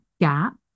gap